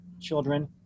children